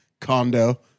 condo